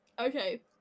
okay